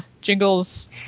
Jingles